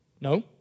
No